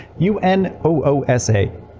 UNOOSA